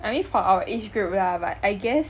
I mean for our age group lah but I guess